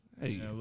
hey